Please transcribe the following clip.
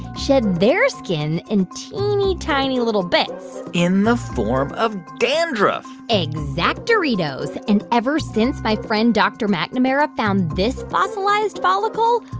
shed their skin in teeny-tiny, little bits. in the form of dandruff exact-oritos. and ever since my friend dr. mcnamara found this fossilized follicle,